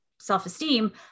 self-esteem